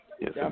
Yes